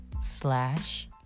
slash